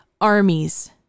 armies